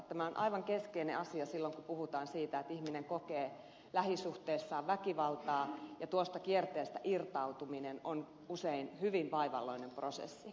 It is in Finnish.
tämä on aivan keskeinen asia silloin kun puhutaan siitä että ihminen kokee lähisuhteessaan väkivaltaa ja tuosta kierteestä irtautuminen on usein hyvin vaivalloinen prosessi